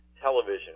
television